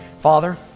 Father